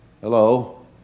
Hello